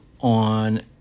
on